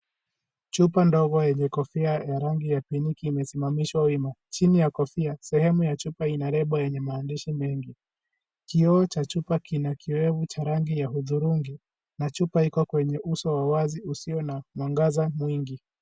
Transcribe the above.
Chupa ndogo yenye kofia ya rangi ya pinki imesimamishwa wima, chini ya kofia sehemu ya chupa ina lebo yenye maandishi mengi, kioo cha chupa kina kiwevu cha rangi ya huthurungi na chupa iko kwenye uso wa wazi usio na mwangaza mwingi.